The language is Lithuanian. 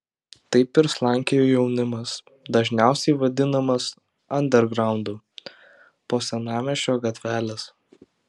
taip ir slankiojo jaunimas dažniausiai vadinamas andergraundu po senamiesčio gatveles